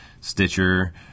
stitcher